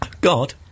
God